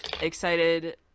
Excited